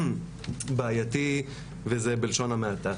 בעייתי וזה בלשון המעטה.